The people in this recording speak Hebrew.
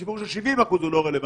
גם הסיפור של 70% הוא לא רלוונטי.